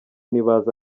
ntibazi